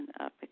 up